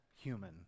human